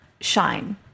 shine